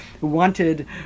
wanted